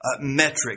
Metric